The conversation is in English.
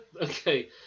Okay